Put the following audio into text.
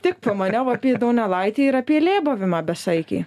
tik pamaniau apie donelaitį ir apie lėbavimą besaikį